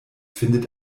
findet